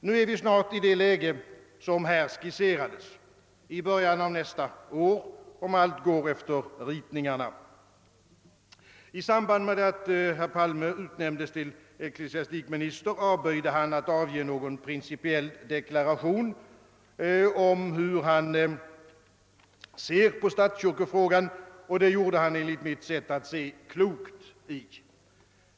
Nu är vi snart — i början av nästa år om allt går efter ritningarna — i det läge som här skisserades. I samband med att herr Palme utnämndes till ecklesiastikminister avböjde han att avge någon principiell deklaration om hur han ser på statskyrkofrågan, och det gjorde han enligt mitt sätt att se klokt i.